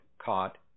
caught